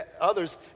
others